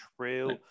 true